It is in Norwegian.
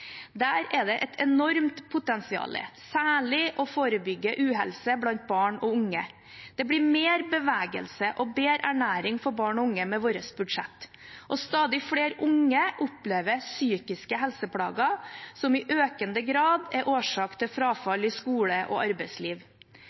Der er det et enormt potensial, særlig for å forebygge uhelse blant barn og unge. Det blir mer bevegelse og bedre ernæring for barn og unge med vårt budsjett. Stadig flere unge opplever psykiske helseplager, som i økende grad er årsak til frafall i skole og arbeidsliv.